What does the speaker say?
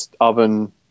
oven